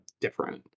different